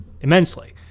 immensely